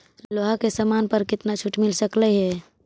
लोहा के समान पर केतना छूट मिल सकलई हे